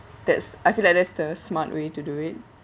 that's I feel like that's the smart way to do it